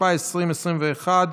התשפ"א 2021,